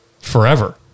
forever